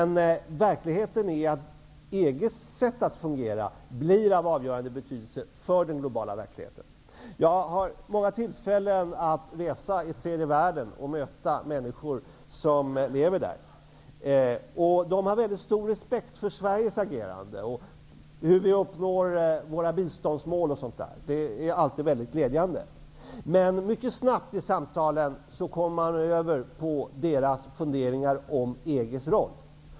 Men verkligheten är att EG:s sätt att fungera blir av avgörande betydelse för den globala verkligheten. Jag har haft många tillfällen att resa i tredje världen och träffa människor som lever där. De har stor respekt för Sveriges agerande och hur vi når våra biståndsmål. Det är alltid glädjande. Men mycket snabbt i samtalen kommer man över på deras funderingar om EG:s roll.